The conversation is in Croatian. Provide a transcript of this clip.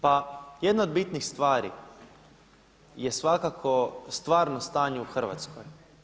Pa jedna od bitnih stvari je svakako stvarno stanje u Hrvatskoj.